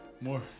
More